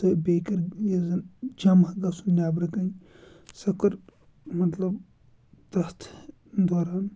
تہٕ بیٚیہِ کٔرۍ یُس زَن جمع گژھُن نٮ۪برٕ کَنۍ سۄ کٔر مطلب تَتھ دوران